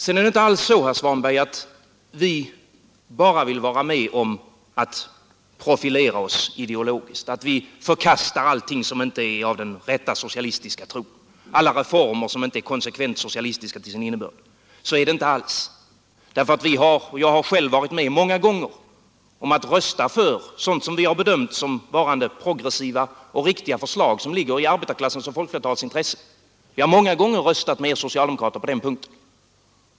Sedan är det inte alls så, herr Svanberg, att vi bara vill vara med om att profilera oss ideologiskt, att vi förkastar allting som inte är av den rätta socialistiska tron, alla reformer som inte är konsekvent socialistiska till sin innebörd. Så är det inte alls. Jag har själv varit med om många gånger att rösta för sådant som vi har bedömt som varande progressiva och riktiga förslag, som ligger i arbetarklassens och folkflertalets intresse. Vi 15 har många gånger röstat med er socialdemokrater på den punkten.